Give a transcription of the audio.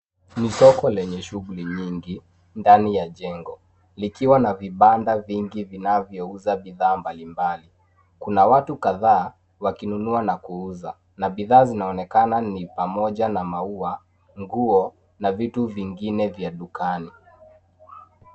Ni soko lenye shughuli nyingi ndani ya jengo likiwa na vibanda vingi vinavyouza bidhaa mbalimbali . Kuna watu kadhaa wakinunua na kuuza na bidhaa zinaoonekana ni pamoja na maua, nguo na vitu vingine vya dukani.